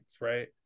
right